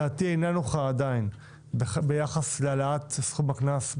דעתי עדיין אינה נוחה ביחס להעלאת סכום הקנס.